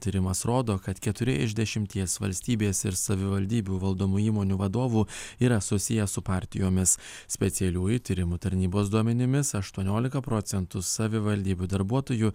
tyrimas rodo kad keturi iš dešimties valstybės ir savivaldybių valdomų įmonių vadovų yra susiję su partijomis specialiųjų tyrimų tarnybos duomenimis aštuoniolika procentų savivaldybių darbuotojų